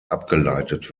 abgeleitet